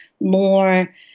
more